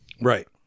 Right